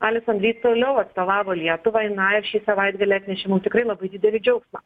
alison ryt toliau atstovavo lietuvai na ir šį savaitgalį atnešė mum tikrai labai didelį džiaugsmą